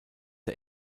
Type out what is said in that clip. der